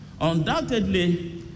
Undoubtedly